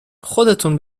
خودتون